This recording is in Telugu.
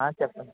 ఆ చెప్పండి